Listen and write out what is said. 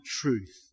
truth